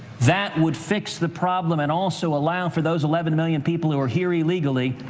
that would fix the problem, and also allow, for those eleven million people who are here illegally,